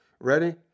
Ready